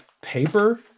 paper